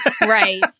Right